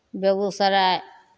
Begusarai